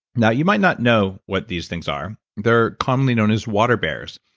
now, you might not know what these things are, they're commonly known as water bears.